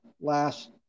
last